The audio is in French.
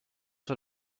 sur